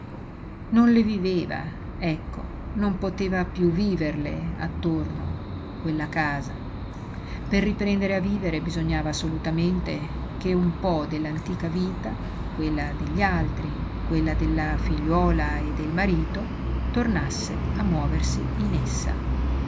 non le viveva ecco non poteva piú viverle attorno quella casa per riprendere a vivere bisognava assolutamente che un po dell'antica vita quella degli altri quella della figliuola e del marito tornasse a muoversi in essa